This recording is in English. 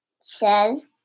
says